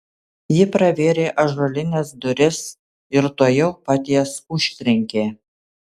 ji pravėrė ąžuolines duris ir tuojau pat jas užtrenkė